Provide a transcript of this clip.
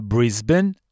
Brisbane